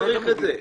למה צריך את זה?